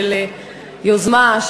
של יוזמה,